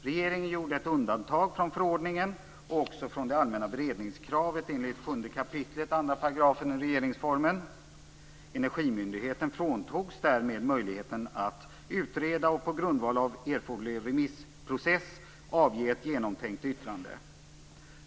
Regeringen gjorde ett undantag från förordningen - och också från det allmänna beredningskravet enligt 7 kap. 2 § regeringsformen. Energimyndigheten fråntogs därmed möjligheten att utreda och, på grundval av en erforderlig remissprocess, avge ett genomtänkt yttrande.